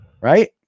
Right